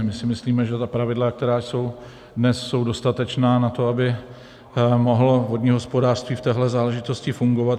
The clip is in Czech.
My si myslíme, že ta pravidla, která jsou dnes, jsou dostatečná na to, aby mohlo vodní hospodářství v téhle záležitosti fungovat.